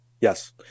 Yes